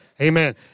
Amen